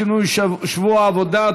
שינוי שבוע העבודה),